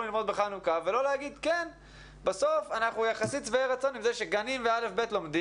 ללמוד בחנוכה ולא להגיד שבסוף אתם יחסית שבעי רצון עם זה שגני הילדים